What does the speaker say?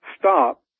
stop